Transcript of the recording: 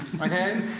Okay